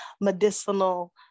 medicinal